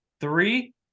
Three